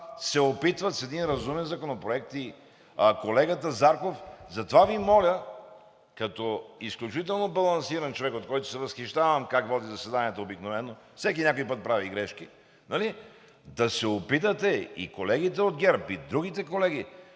се опитват с един разумен законопроект… и колегата Зарков… Затова Ви моля като изключително балансиран човек (обръща се към председателя), от който се възхищавам как води заседанието обикновено – всеки някой път прави грешки – да се опитате, и колегите от ГЕРБ, и другите колеги…